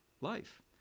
life